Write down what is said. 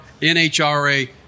NHRA